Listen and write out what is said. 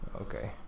Okay